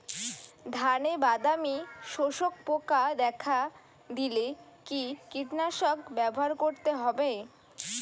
ধানে বাদামি শোষক পোকা দেখা দিলে কি কীটনাশক ব্যবহার করতে হবে?